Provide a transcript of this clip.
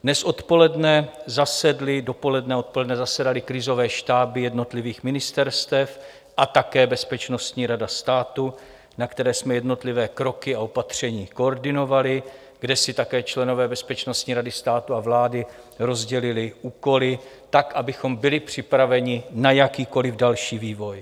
Dnes dopoledne i odpoledne zasedaly krizové štáby jednotlivých ministerstev a také Bezpečnostní rada státu, na které jsme jednotlivé kroky a opatření koordinovali, kde si také členové Bezpečnostní rady státu a vlády rozdělili úkoly tak, abychom byli připraveni na jakýkoli další vývoj.